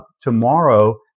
Tomorrow